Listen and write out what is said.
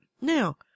now